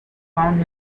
found